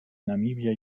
namibia